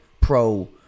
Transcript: pro